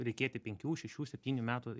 reikėti penkių šešių septynių metų